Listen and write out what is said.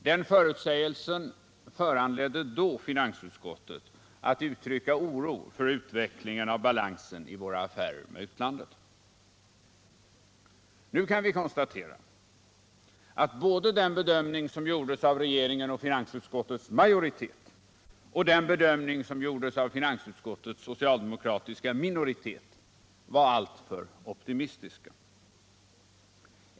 Den förutsägelsen föranledde finansutskottet att uttrycka oro för utvecklingen av balansen i våra affärer med utlandet. Nu kan vi konstatera att både den bedömning som gjordes av regeringen och finansutskottets majoritet och den bedömning som gjordes av finansutskottets socialdemokratiska minoritet var alltför optimistiska.